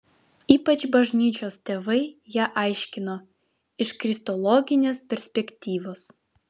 ypač bažnyčios tėvai ją aiškino iš kristologinės perspektyvos